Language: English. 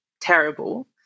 terrible